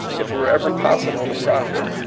if it were ever possible to profit,